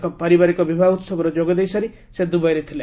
ଏକ ପାରିବାରିକ ବିବାହ ଉତ୍ସବରେ ଯୋଗଦେଇସାରି ସେ ଦୁବାଇରେ ଥିଲେ